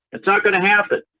it's not going to happen.